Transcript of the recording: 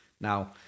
Now